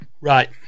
right